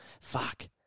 fuck